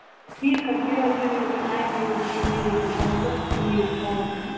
ٹھیٖک حظ چھُ تیٚلہِ حظ ییٖزیٚو ییٚلہِ تۄہہِ ٹایم یِیو تہٕ تُہۍ ییٖزیٚو صبُحن تہٕ نیٖہوٗکھ پانَس سۭتۍ